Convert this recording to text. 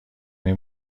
این